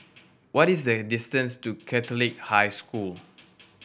what is the distance to Catholic High School